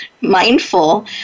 mindful